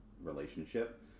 relationship